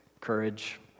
Courage